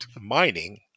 mining